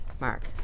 Mark